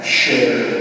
share